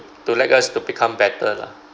to let us to become better lah